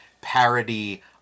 parody